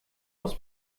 aus